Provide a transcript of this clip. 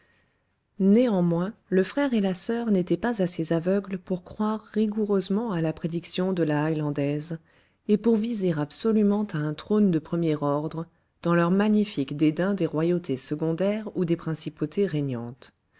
néanmoins le frère et la soeur n'étaient pas assez aveugles pour croire rigoureusement à la prédiction de la highlandaise et pour viser absolument à un trône de premier ordre dans leur magnifique dédain des royautés secondaires ou des principautés régnantes